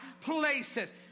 places